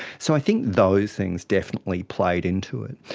so i think those things definitely played into it.